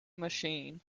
machine